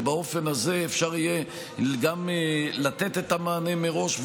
ובאופן הזה אפשר יהיה גם לתת את המענה מראש,